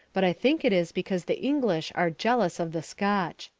but i think it is because the english are jealous of the scotch.